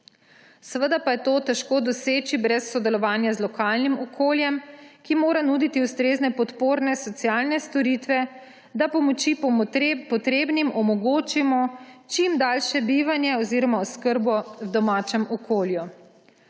Seveda pa je to težko doseči brez sodelovanja z lokalnim okolje, ki mora nuditi ustrezne podporne socialne storitve, da pomoči potrebnim omogočimo čim daljše bivanje oziroma oskrbo v domačem okolju.